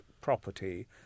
property